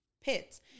pits